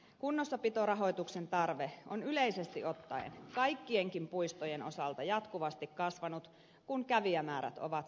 kunnossapitorahoituksen tarve on yleisesti ottaen kaikkienkin puistojen osalta jatkuvasti kasvanut kun kävijämäärät ovat nousseet